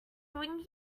doing